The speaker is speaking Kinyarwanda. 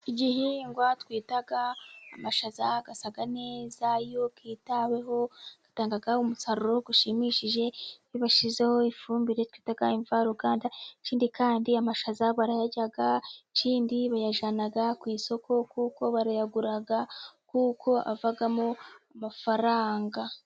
Igihingwa twita amashaza asa neza, iyo yitaweho atanga umusaruro ushimishije, iyo bashyizeho ifumbire twita imvaruganda, ikindi kandi amashaza barayarya, ikindi bayajyana ku isoko, kuko barayagura, kuko avamo amafaranga.